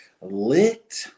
lit